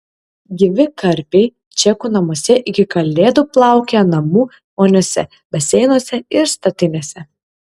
gyvi karpiai čekų namuose iki kalėdų plaukioja namų voniose baseinuose ir statinėse